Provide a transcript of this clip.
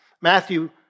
Matthew